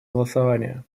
голосование